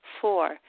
Four